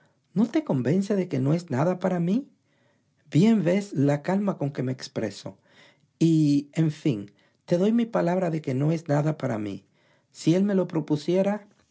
no te convence de que no es nada para mí bien ves la calma con que me expreso y en fin te doy mi palabra de que no es nada para mí si él me lo propusieray